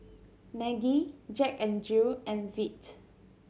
Maggi Jack N Jill and Veet